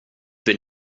been